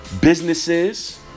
businesses